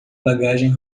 bagagem